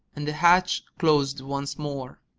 and the hatch closed once more.